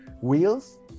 wheels